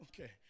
Okay